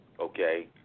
Okay